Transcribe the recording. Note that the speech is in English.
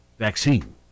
vaccine